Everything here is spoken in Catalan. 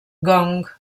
gong